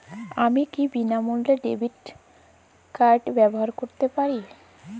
আমি কি বিনামূল্যে ডেবিট কার্ড ব্যাবহার করতে পারি?